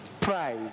pride